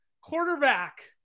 quarterback